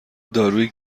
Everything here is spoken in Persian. داروی